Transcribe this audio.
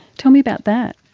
tell me about that.